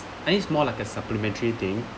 and it's more like a supplementary thing